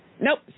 nope